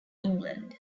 england